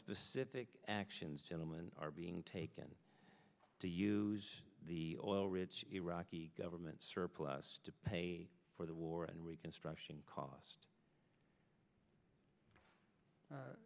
specific actions gentleman are being taken to use the oil rich iraqi government surplus to pay for the war and reconstruction cost